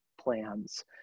plans